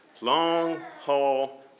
Long-haul